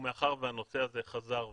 ומאחר והנושא הזה חזר ועלה,